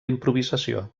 improvisació